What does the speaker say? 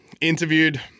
Interviewed